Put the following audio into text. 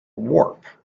warp